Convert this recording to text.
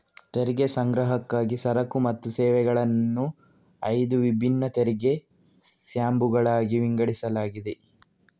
ತೆರಿಗೆ ಸಂಗ್ರಹಕ್ಕಾಗಿ ಸರಕು ಮತ್ತು ಸೇವೆಗಳನ್ನು ಐದು ವಿಭಿನ್ನ ತೆರಿಗೆ ಸ್ಲ್ಯಾಬುಗಳಾಗಿ ವಿಂಗಡಿಸಲಾಗಿದೆ